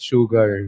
Sugar